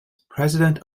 president